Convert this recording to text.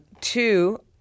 Two